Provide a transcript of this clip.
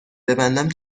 ببندم